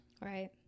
right